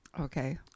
okay